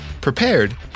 prepared